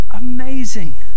amazing